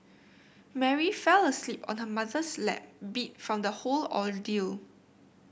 Mary fell asleep on her mother's lap beat from the whole ordeal